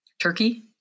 Turkey